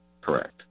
Correct